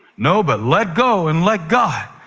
no, but let go and let god.